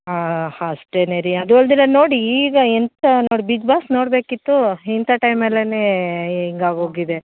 ಆಂ ಅಷ್ಟೇನೆ ರೀ ಅದೂ ಅಲ್ದಿರೆ ನೋಡಿ ಈಗ ಎಂತ ನೋಡಿ ಬಿಗ್ಬಾಸ್ ನೋಡಬೇಕಿತ್ತು ಇಂಥ ಟೈಮಲ್ಲೆ ಹಿಂಗೆ ಆಗೋಗಿದೆ